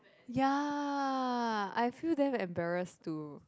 ya I feel damn embarrass to